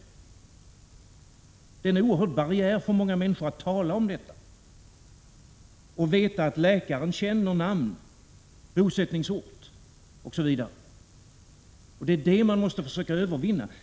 Många människor har en oerhörd barriär mot att tala om detta och veta att läkaren känner namn, bosättningsort osv. Det är detta man måste försöka övervinna.